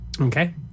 Okay